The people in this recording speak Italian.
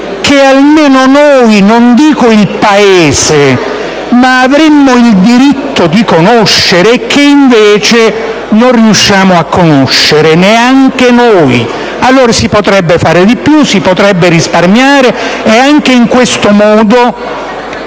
che almeno noi - e non parlo del Paese - avremmo il diritto di conoscere e che invece non riusciamo a conoscere neanche noi. Allora, si potrebbe fare di più, si potrebbe risparmiare e anche in questo modo